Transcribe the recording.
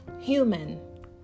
human